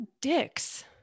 dicks